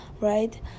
right